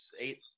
eight